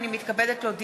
הנני מתכבדת להודיעכם,